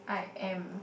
I am